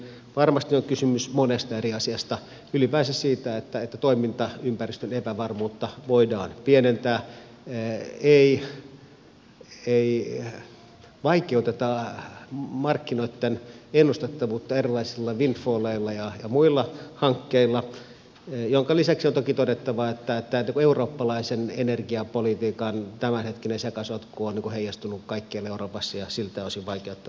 varmasti on kysymys monesta eri asiasta ylipäänsä siitä että toimintaympäristön epävarmuutta voidaan pienentää ei vaikeuteta markkinoitten ennustettavuutta erilaisilla windfalleilla ja muilla hankkeilla minkä lisäksi on toki todettava että eurooppalaisen energiapolitiikan tämänhetkinen sekasotku on heijastunut kaikkialle euroopassa ja siltä osin vaikeuttanut tilannetta